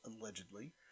allegedly